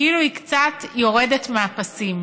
כאילו היא קצת יורדת מהפסים,